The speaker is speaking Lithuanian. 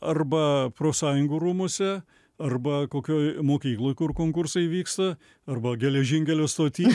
arba profsąjungų rūmuose arba kokioj mokykloj kur konkursai vyksta arba geležinkelio stoty